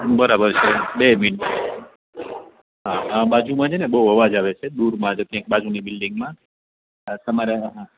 બરાબર છે બે મિનિટ બાજુમાં હા આ બાજુમાં છેને બહુ જ અવાજ આવે છે દૂર માજતની બાજુની બિલ્ડિંગમાં હા તમારે હા હા